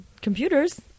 computers